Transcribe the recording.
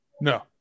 No